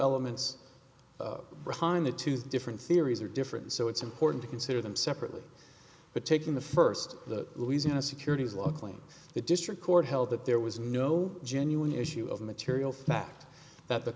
elements in the two different theories are different so it's important to consider them separately but taking the first the louisiana securities law claims the district court held that there was no genuine issue of material fact that the